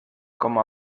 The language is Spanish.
como